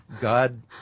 God